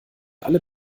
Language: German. alle